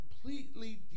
completely